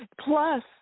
plus